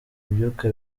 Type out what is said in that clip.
ibyuka